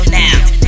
now